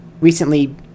recently